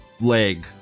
leg